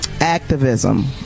activism